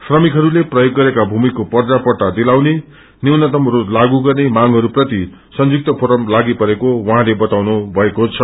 श्रमिकहरूले प्रयोग गरेका भूमिको पर्जापट्टा दिलाउनु न्यूनतम रोज लागम गर्ने मांगहरू प्रति संयुक्त फोरम नलागि परेको बताउनु भएको छ